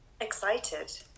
Excited